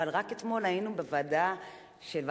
אבל רק אתמול היינו בוועדת העבודה,